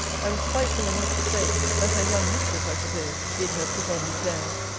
i was spiteful enough to say, that her young mistress, i supposed, bid her put on these airs,